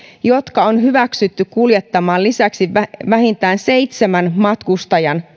jotka on hyväksytty kuljettamaan lisäksi vähintään seitsemän matkustajan